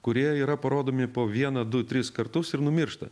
kurie yra parodomi po vieną du tris kartus ir numiršta